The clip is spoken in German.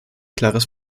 klares